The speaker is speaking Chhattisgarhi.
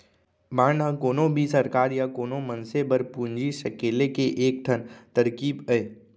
बांड ह कोनो भी सरकार या कोनो मनसे बर पूंजी सकेले के एक ठन तरकीब अय